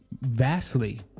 vastly